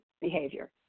behavior